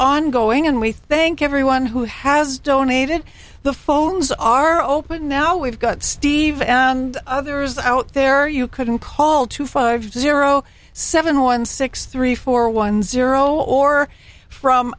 ongoing and we thank everyone who has donated the phones are open now we've got steve and others out there you couldn't call two five zero seven one six three four one zero or from